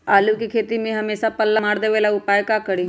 आलू के खेती में हमेसा पल्ला मार देवे ला का उपाय करी?